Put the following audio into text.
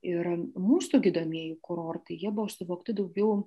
ir mūsų gydomieji kurortai jie buvo suvokti daugiau